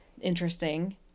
interesting